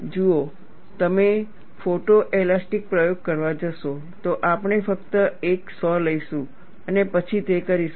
જુઓ જો તમે ફોટોએલાસ્ટીક પ્રયોગ કરવા જશો તો આપણે ફક્ત એક સો લઈશું અને પછી તે કરીશું